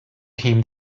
him